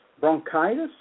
Bronchitis